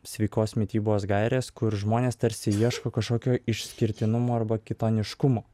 sveikos mitybos gaires kur žmonės tarsi ieško kažkokio išskirtinumo arba kitoniškumo